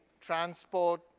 transport